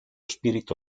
spirito